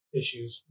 issues